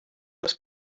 les